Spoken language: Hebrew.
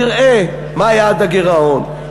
יראה מה יעד הגירעון,